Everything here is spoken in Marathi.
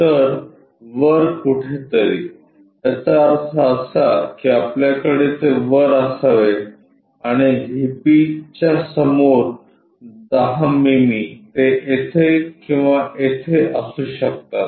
तर वर कुठेतरी याचा अर्थ असा की आपल्याकडे ते वर असावे आणि व्हीपी समोर 10 मिमी ते येथे किंवा तेथे असू शकतात